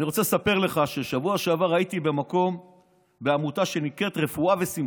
אני רוצה לספר לך שבשבוע שעבר הייתי בעמותה שנקראת "רפואה ושמחה".